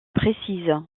précise